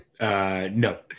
No